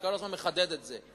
אני כל הזמן מחדד את זה.